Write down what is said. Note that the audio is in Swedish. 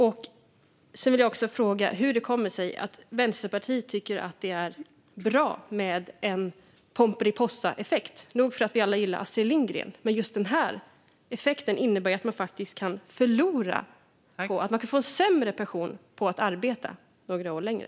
Sedan vill jag fråga hur det kommer sig att Vänsterpartiet tycker att det är bra med en pomperipossaeffekt. Nog för att vi alla gillar Astrid Lindgren, men just den effekten innebär att man faktiskt kan förlora - man kan få en sämre pension - på att arbeta några år längre.